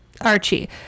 Archie